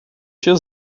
się